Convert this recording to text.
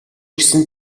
гэсэн